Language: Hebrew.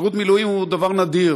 שירות מילואים הוא דבר נדיר,